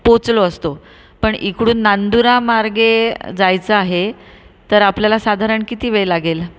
पोहोचलो असतो पण इकडून नांदुरामार्गे जायचं आहे तर आपल्याला साधारण किती वेळ लागेल